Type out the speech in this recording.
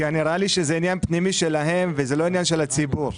כי נראה לי שזה עניין פנימי שלהם וזה לא עניין של הציבור.